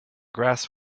grass